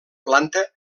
planta